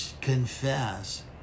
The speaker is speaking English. Confess